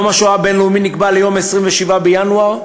יום השואה הבין-לאומי נקבע ל-27 בינואר,